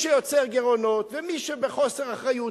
ומי שיוצר גירעונות ומי שבחוסר אחריות,